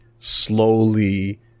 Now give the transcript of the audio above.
slowly